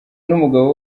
n’umugabo